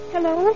Hello